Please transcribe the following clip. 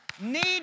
need